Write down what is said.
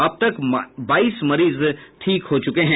अब तक बाईस मरीज ठीक हो चूके हैं